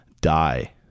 die